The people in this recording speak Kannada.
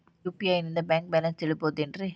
ಯು.ಪಿ.ಐ ನಿಂದ ಬ್ಯಾಂಕ್ ಬ್ಯಾಲೆನ್ಸ್ ತಿಳಿಬಹುದೇನ್ರಿ?